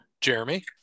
Jeremy